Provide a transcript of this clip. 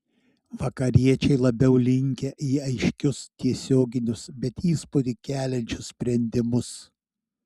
vakariečiai labiau linkę į aiškius tiesioginius bet įspūdį keliančius sprendimus